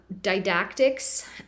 didactics